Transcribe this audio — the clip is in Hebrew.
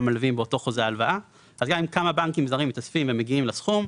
מלווים באותו חוזר הלוואה אז אם כמה בנקים זרים מאספים ומגיעים לסכום,